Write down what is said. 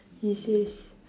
yes yes